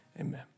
amen